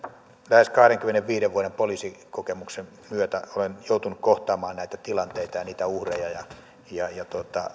lähes kahdenkymmenenviiden vuoden poliisikokemuksen myötä olen joutunut kohtaamaan näitä tilanteita ja niitä uhreja ja ja